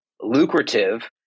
lucrative